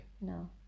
no